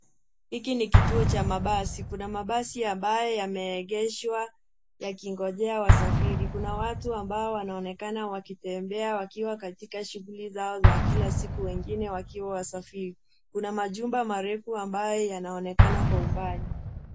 Hiki ni kituo cha mabasi, kuna amabye yameegeshwa yakingojea wasafiri, kuna watu ambao wanaonekana wakitembea wakiwa katika shugli zao za kila siku wengine wakiwa wasafiri. Kuna majumba marefu ambayo yanaonekan kwa umbali.